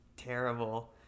Terrible